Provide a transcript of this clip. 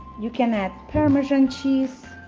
you can add parmesan cheese